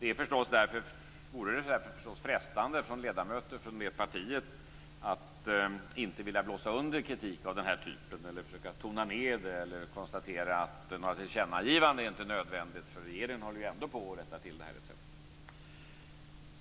Det vore därför förstås frestande för ledamöter från det partiet att inte vilja blåsa under kritik av denna typ, att försöka tona ned kritiken eller att konstatera att några tillkännagivanden inte är nödvändiga eftersom regeringen ändå håller på att rätta till detta, etc.